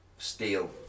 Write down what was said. steel